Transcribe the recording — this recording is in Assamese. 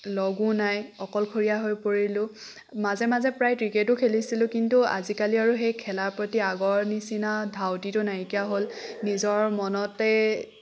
লগো নাই অকলশৰীয়া হৈ পৰিলোঁ মাজে মাজে প্ৰায় ক্ৰিকেটো খেলিছিলোঁ কিন্তু আজিকালি আৰু সেই খেলাৰ প্ৰতি আগৰ নিচিনা ধাউতিটো নাইকিয়া হ'ল নিজৰ মনতে